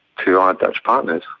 to our dutch partners.